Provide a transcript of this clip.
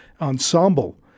ensemble